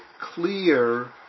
clear